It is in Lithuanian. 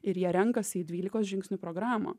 ir jie renkasi į dvylikos žingsnių programą